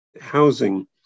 Housing